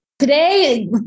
Today